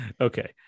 Okay